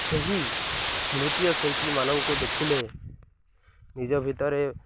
ସେହି ନୃତ୍ୟ ଶିଳ୍ପୀମାନଙ୍କୁ ଦେଖିଲେ ନିଜ ଭିତରେ